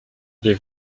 les